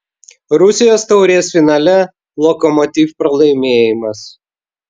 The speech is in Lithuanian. rusijos taurės finale lokomotiv pralaimėjimas